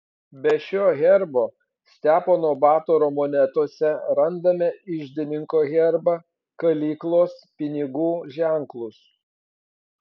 be šio herbo stepono batoro monetose randame iždininko herbą kalyklos pinigų ženklus